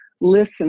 listen